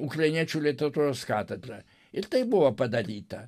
ukrainiečių literatūros katedra ir tai buvo padaryta